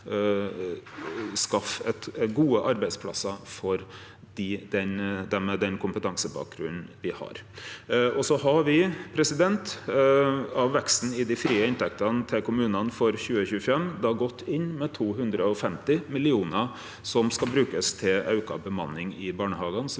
for dei, med den kompetansebakgrunnen dei har. Me har òg, av veksten i dei frie inntektene til kommunane for 2025, gått inn med 250 mill. kr som skal brukast til auka bemanning i barnehagane.